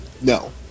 No